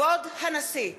כבוד הנשיא!